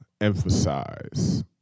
emphasize